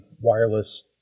wireless